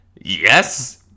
yes